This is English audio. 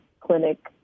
clinic